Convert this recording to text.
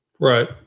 Right